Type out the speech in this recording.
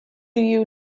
you